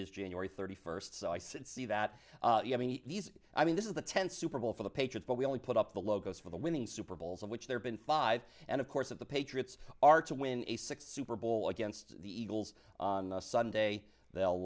is january thirty first so i said see that i mean these i mean this is the tenth super bowl for the patrons but we only put up the logos for the winning super bowls of which there been five and of course of the patriots are to win a six super bowl against the eagles on sunday they'll